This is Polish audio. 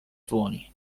dłoni